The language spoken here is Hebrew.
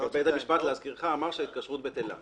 להזכירך, בית המשפט אמר שההתקשרות בטלה.